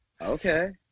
Okay